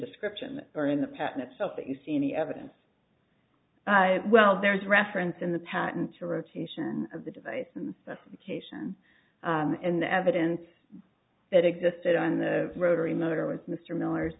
description or in the pattern itself that you see any evidence well there's reference in the patent to rotation of the device and cation and the evidence that existed on the rotary motor with mr miller